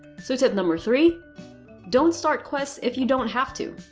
so tip number three don't start quests if you don't have to.